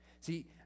See